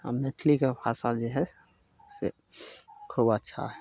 आ मैथिलीके भाषा जे हइ से खूब अच्छा हइ